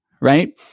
right